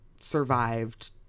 survived